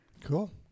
Cool